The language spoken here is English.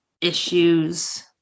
issues